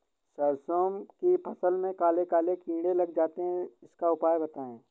सरसो की फसल में काले काले कीड़े लग जाते इसका उपाय बताएं?